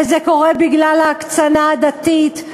וזה קורה בגלל ההקצנה הדתית,